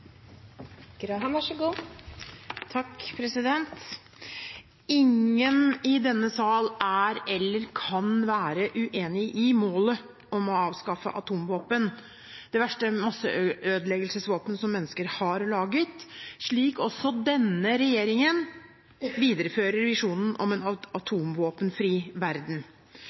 eller kan være uenig i målet om å avskaffe atomvåpen, det verste masseødeleggelsesvåpenet som mennesker har laget – slik også denne regjeringen viderefører visjonen om en